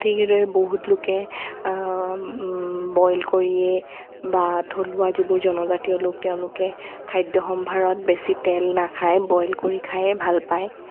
ঠিক সেইদৰে বহুত লোকে বইল কৰিয়েই বা থলুৱা যিবোৰ জনজাতীয় লোক তেওঁলোকে খাদ্য সম্ভাৰত বেছি তেল নাখায় বইল কৰি খায়েই ভাল পায়